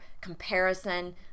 comparison